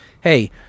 hey